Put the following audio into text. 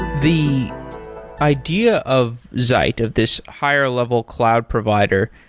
the idea of zeit, of this higher level cloud provider,